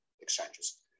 exchanges